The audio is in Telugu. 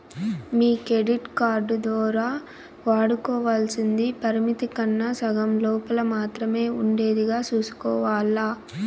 మీ కెడిట్ కార్డు దోరా వాడుకోవల్సింది పరిమితి కన్నా సగం లోపల మాత్రమే ఉండేదిగా సూసుకోవాల్ల